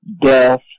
death